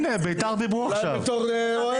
בבקשה.